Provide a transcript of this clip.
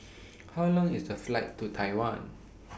How Long IS The Flight to Taiwan